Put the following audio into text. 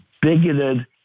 bigoted